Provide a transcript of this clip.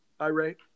irate